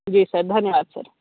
जी sir धन्यवाद sir